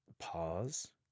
pause